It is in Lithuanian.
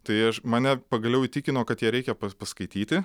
tai aš mane pagaliau įtikino kad ją reikia paskaityti